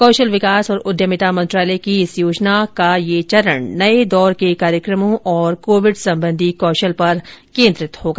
कौशल विकास और उद्यमिता मंत्रालय की इस योजना का यह चरण नये दौर के कार्यक्रमों और कोविड संबंधी कौशल पर केन्द्रित होगा